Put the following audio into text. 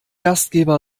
gastgeber